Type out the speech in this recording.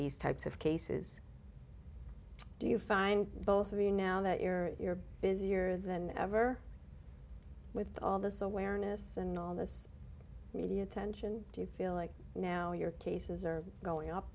these types of cases do you find both of you now that you're busier than ever with all this awareness and all this media attention do you feel like now your cases are going up